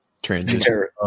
Transition